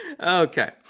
okay